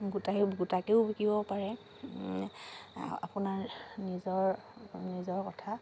গোটাই গোটাকেও বিকিব পাৰে আপোনাৰ নিজৰ নিজৰ কথা